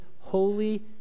holy